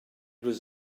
was